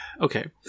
okay